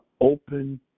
open